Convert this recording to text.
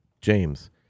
James